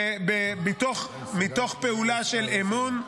מתוך פעולה של אמון.